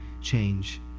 change